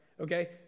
okay